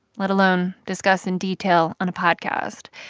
let alone discuss in detail on a podcast.